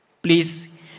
Please